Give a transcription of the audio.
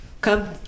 Come